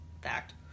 Fact